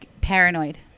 paranoid